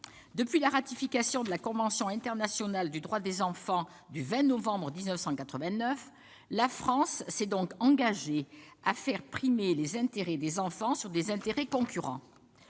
Depuis la ratification de la convention internationale des droits de l'enfant du 20 novembre 1989, la France s'est engagée à faire primer les intérêts des enfants sur des intérêts concurrents.